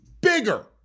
bigger